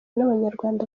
n’abanyarwanda